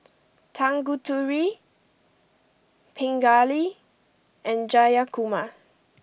Tanguturi Pingali and Jayakumar